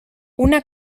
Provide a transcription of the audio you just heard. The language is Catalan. una